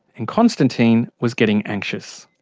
and constantine was getting anxious.